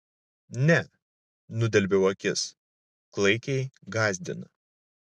ne nudelbiau akis klaikiai gąsdina